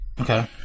Okay